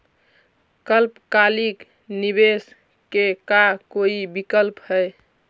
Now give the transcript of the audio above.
अल्पकालिक निवेश के का कोई विकल्प है?